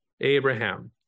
Abraham